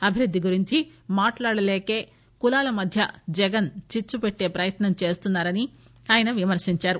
అభివృద్ది గురించి మాట్లాడలేకే కులాల మధ్య జగన్ చిచ్చు పెట్టే ప్రయత్న చేస్తున్నారని ఆయన విమర్పించారు